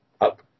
up